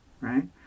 right